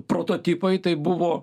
prototipai tai buvo